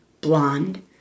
blonde